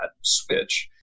switch